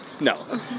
no